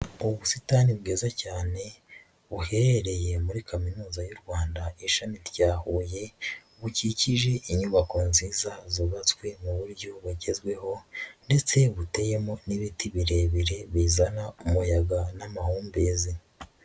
Ubuni bwiza cyane buherereye muri kaminuza y'u Rwanda ishami rya Huye, bukikije inyubako nziza zubatswe mu buryo bugezweho ndetse buteyemo n'ibiti birebire bizana umuyaga n'amahumbezi.